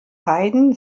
heiden